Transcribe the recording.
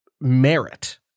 merit